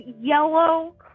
yellow